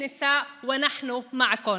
ברכות לנשים, ואנחנו עימכן.)